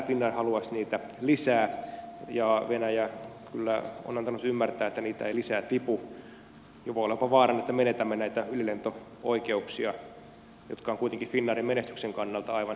finnair haluaisi niitä lisää ja venäjä on kyllä antanut ymmärtää että niitä ei lisää tipu ja voi olla vaarana jopa että menetämme näitä ylilento oikeuksia jotka ovat kuitenkin finnairin menestyksen kannalta aivan avainasia